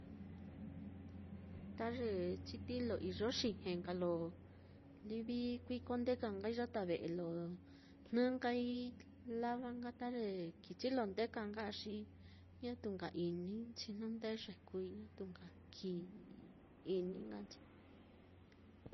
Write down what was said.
Ta ye chitiílo iyo xiji nka lo kuikondeka nkai yata ve'e lo jnɨ nkai lava nka ta ye kichi lo ndeka nka á, xi ñatu nka ininchi jnu ndeye kuui, ñatu nka kii ini nka nchi.